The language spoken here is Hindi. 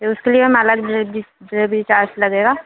तो उसके लिए हम अलग चार्स लगेगा